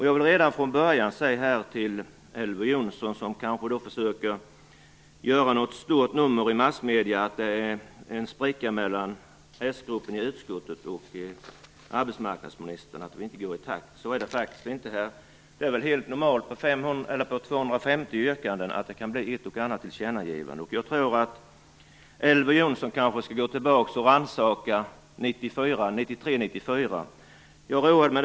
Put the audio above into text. Jag vill redan från början säga några ord till Elver Jonsson, som försöker göra ett stort nummer i massmedierna av att det är en spricka mellan s-gruppen i utskottet och arbetsmarknadsministern, av att vi inte går i takt. Så är det faktiskt inte. Om det finns 250 yrkanden är det väl helt normalt att det blir ett och annat tillkännagivanden. Jag tror att Elver Jonsson kanske skall gå tillbaka till 1993-94 och rannsaka de åren.